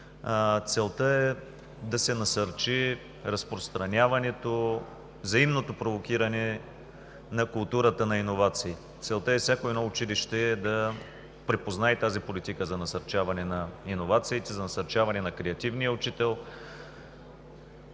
Целта е да се насърчи разпространяването, взаимното провокиране на културата на иновации. Целта е всяко едно училище да припознае тази политика за насърчаване на иновациите, за насърчаване на креативния учител.